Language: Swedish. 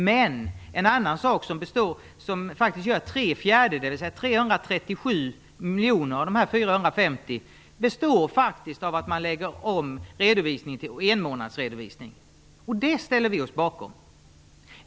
Den andra är de 337 miljoner av de 450 miljonerna som består av att man lägger om redovisningsperioden till enmånadsredovisning. Det ställer vi oss bakom.